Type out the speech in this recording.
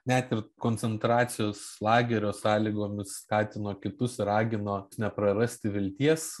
net ir koncentracijos lagerio sąlygomis skatino kitus ir ragino neprarasti vilties